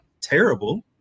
terrible